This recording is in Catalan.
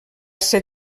ser